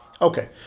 Okay